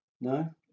no